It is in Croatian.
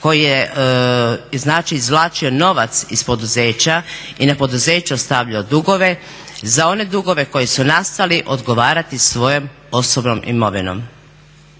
koji je znači izvlačio novac iz poduzeća i na poduzeću ostavljao dugove za one dugove koji su nastali odgovarati svojom osobnom imovinom.